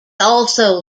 also